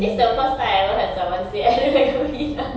this the first time I ever heard someone say I look like a minah